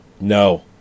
No